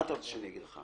מה אתה רוצה שאני אגיד לך,